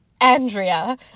Andrea